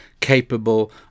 capable